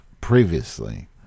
previously